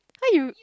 !huh! you